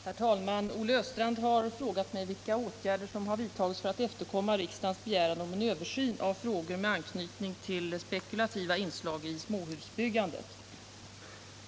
Herr talman! Olle Östrand har frågat mig vilka åtgärder som har vidtagits för att efterkomma riksdagens begäran om en översyn av frågor med anknytning till spekulativa inslag i småhusbyggandet.